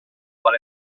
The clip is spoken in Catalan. qual